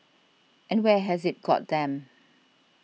and where has it got them